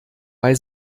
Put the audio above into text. bei